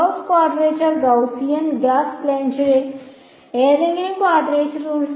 Gauss quadrature Gaussian Gauss Legendre ഏതെങ്കിലും quadrature rule